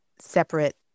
separate